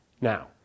now